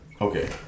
okay